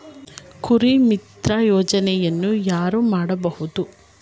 ಕುರಿಮಿತ್ರ ಯೋಜನೆಯನ್ನು ಯಾರು ಪಡೆಯಬಹುದು?